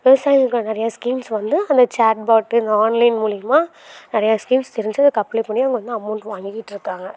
விவசாயிங்கள் நிறையா ஸ்கீம்ஸ் வந்து அந்த சேட்பாட் இந்த ஆன்லைன் மூலயமா நிறைய ஸ்கீம்ஸ் தெரிஞ்சு அதுக்கு அப்ளே பண்ணி அவங்க வந்து அமௌண்ட் வாங்கிக்கிட்டு இருக்காங்க